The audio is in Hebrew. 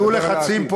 היו לחצים פה